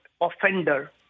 offender